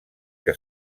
que